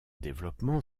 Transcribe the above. développement